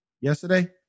yesterday